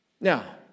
Now